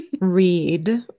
Read